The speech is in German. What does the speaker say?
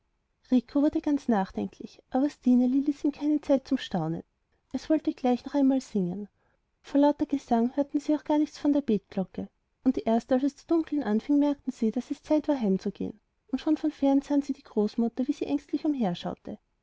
wurde ganz nachdenklich aber stineli ließ ihm keine zeit zum staunen es wollte gleich noch einmal singen vor lauter gesang hörten sie auch gar nichts von der betglocke und erst als es zu dunkeln anfing merkten sie daß es zeit war heimzugehen und schon von fern sahen sie die großmutter wie sie ängstlich